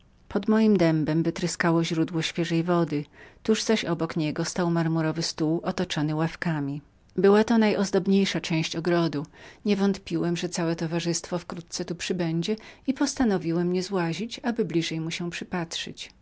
pod moim dębem wytryskało źródło świeżej wody tuż zaś obok niego stał marmurowy stół otoczony ławkami była to najozdobniejsza część ogrodu nie wątpiłem że całe towarzystwo tu przybędzie i postanowiłem nie złazić aby bliżej mu się przypatrzyć